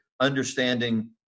understanding